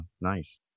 Nice